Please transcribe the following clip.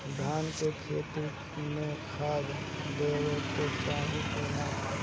धान के खेती मे खाद देवे के चाही कि ना?